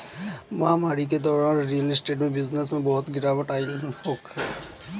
महामारी के दौरान रियल स्टेट के बिजनेस में बहुते गिरावट आइल हवे